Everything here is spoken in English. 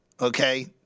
okay